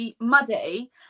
muddy